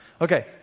Okay